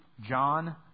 John